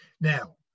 Now